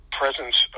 presence